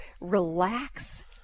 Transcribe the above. relax